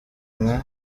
nka